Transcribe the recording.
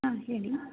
ಹಾಂ ಹೇಳಿ